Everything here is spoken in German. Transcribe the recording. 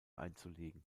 einzulegen